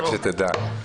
רק שתדע.